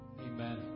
Amen